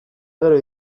gero